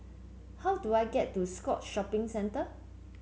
how do I get to Scotts Shopping Centre